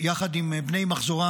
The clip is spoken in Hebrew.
יחד עם בני מחזורה